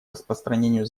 распространению